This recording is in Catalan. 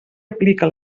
aplica